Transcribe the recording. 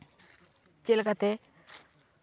ᱪᱮᱫ ᱞᱮᱠᱟᱛᱮ